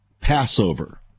Passover